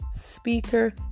speaker